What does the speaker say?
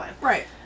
Right